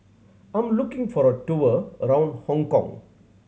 I' m looking for a tour around Hong Kong